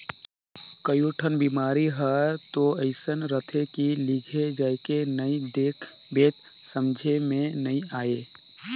कयोठन बिमारी हर तो अइसे रहथे के लिघे जायके नई देख बे त समझे मे नई आये